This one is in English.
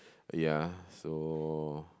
ya so